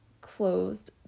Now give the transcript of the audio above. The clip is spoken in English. closed